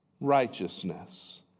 righteousness